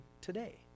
today